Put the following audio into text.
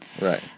right